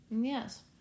Yes